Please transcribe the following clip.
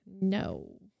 No